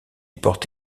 porte